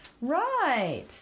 Right